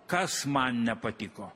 kas man nepatiko